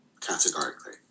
categorically